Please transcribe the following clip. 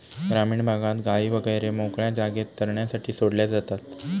ग्रामीण भागात गायी वगैरे मोकळ्या जागेत चरण्यासाठी सोडल्या जातात